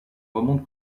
remonte